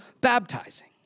baptizing